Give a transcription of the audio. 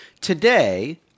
today